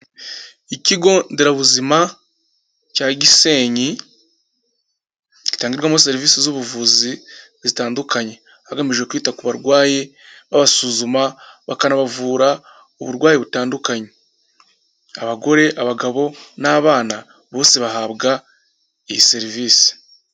Ikigo nderabuzima cya Gisenyi gitangirwamo serivisi z'ubuvuzi zitandukanye hagamijwe kwita ku barwaye, babasuzuma bakanabavura uburwayi butandukanye, abagore, abagabo n'abana bose bahabwa iyi serivisi.